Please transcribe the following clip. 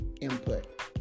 input